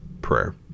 Prayer